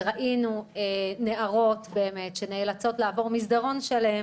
ראינו נערות שנאלצות לעבור מסדרון שלם